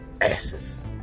asses